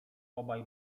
obaj